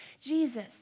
Jesus